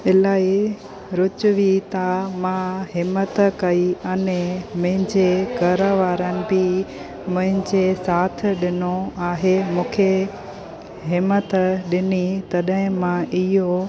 इलाही रुचवी था मां हिमत कई अने मुंहिंजे घरु वारनि बि मुंहिंजे साथ ॾिनो आहे मूंखे हिमत ॾिनी तॾहिं मां इहो